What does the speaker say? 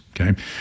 okay